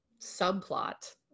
subplot